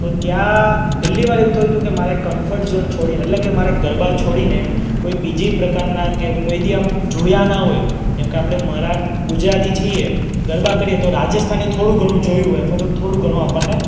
તો ત્યાં પહેલી વાર એવું થયું હતું કે મારે કમ્ફર્ટ ઝોન છોડીને મારે ગરબા છોડીને કોઈ બીજી પ્રકારના કે કોઈ દી આમ જોયા ના હોય જેમકે આપણે મરા ગુજરાતી છીએ ગરબા કરીએ તો રાજસ્થાની થોડું ઘણું જોયું હોય અથવા તો થોડું ઘણું આપણને